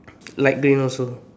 light green also